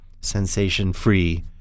sensation-free